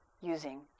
using